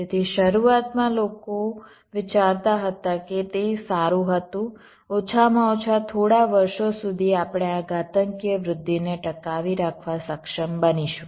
તેથી શરૂઆતમાં લોકો વિચારતા હતા કે તે સારું હતું ઓછામાં ઓછા થોડા વર્ષો સુધી આપણે આ ઘાતાંકીય વૃદ્ધિને ટકાવી રાખવા સક્ષમ બનીશું